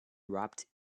wrapped